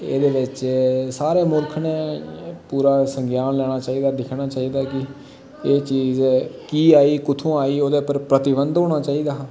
एह्दे बिच सारे मुल्ख नै पूरा संज्ञान लेना चाहिदा दिक्खना चाहिदा कि केह् चीज ऐ की आई कुत्थुआं आई ओह्दे उप्पर प्रतिबंध होना चाहिदा हा